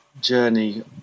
journey